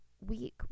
week